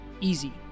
easy